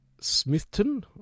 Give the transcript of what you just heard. Smithton